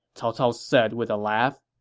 cao cao said with a laugh.